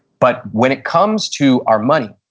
but when it comes to our money,